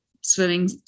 swimming